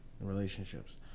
relationships